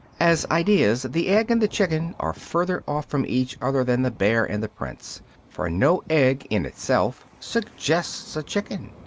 as ideas, the egg and the chicken are further off from each other than the bear and the prince for no egg in itself suggests a chicken,